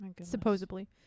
supposedly